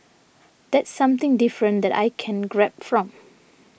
that's something different that I can grab from